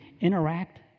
interact